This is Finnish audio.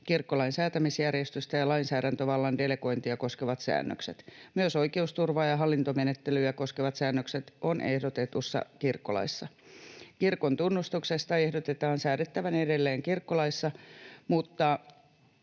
kirkkolain säätämisjärjestystä ja lainsäädäntövallan delegointia koskevat säännökset. Myös oikeusturvaa ja hallintomenettelyä koskevat säännökset ovat ehdotetussa kirkkolaissa. Kirkon tunnustuksesta ehdotetaan säädettävän edelleen kirkkolaissa, mutta